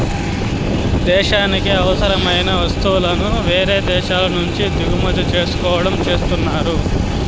దేశానికి అవసరమైన వస్తువులను వేరే దేశాల నుంచి దిగుమతి చేసుకోవడం చేస్తున్నారు